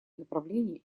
направление